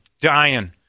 dying